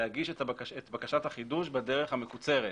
להגיש את בקשת החידוש בדרך המקוצר.